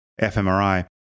fMRI